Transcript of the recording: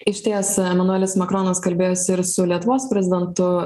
išties emanuelis makronas kalbėjosi ir su lietuvos prezidentu